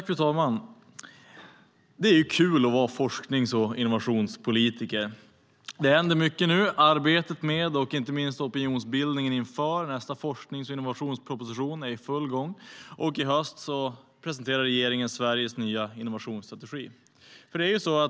Fru talman! Det är kul att vara forsknings och innovationspolitiker. Det händer mycket nu. Arbetet med och inte minst opinionsbildningen inför nästa forsknings och innovationsproposition är i full gång, och i höst presenterar regeringen Sveriges nya innovationsstrategi.